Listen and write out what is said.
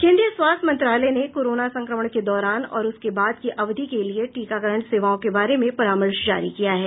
केंद्रीय स्वास्थ्य मंत्रालय ने कोरोना संक्रमण के दौरान और उसके बाद की अवधि के लिए टीकाकरण सेवाओं के बारे में परामर्श जारी किया है